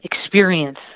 experience